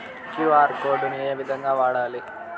QR code ను ఏ విధంగా వాడాలి?